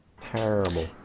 Terrible